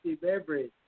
beverage